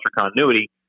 continuity